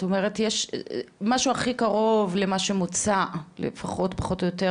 את אומרת יש משהו הכי קרוב למה שמוצע לפחות או יותר,